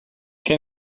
can